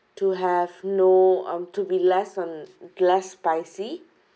to have no um to be less on less spicy